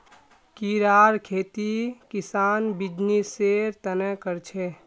कीड़ार खेती किसान बीजनिस्सेर तने कर छे